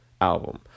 album